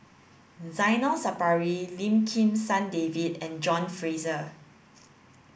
Zainal Sapari Lim Kim San David and John Fraser